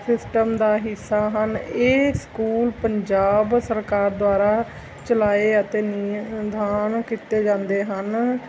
system ਦਾ ਹਿੱਸਾ ਹਨ ਇਹ ਸਕੂਲ ਪੰਜਾਬ ਸਰਕਾਰ ਦੁਆਰਾ ਚਲਾਏ ਅਤੇ ਨਿਧਾਨ ਕੀਤੇ ਜਾਂਦੇ ਹਨ